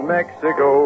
Mexico